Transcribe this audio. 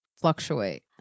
fluctuate